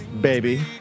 baby